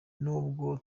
nubwo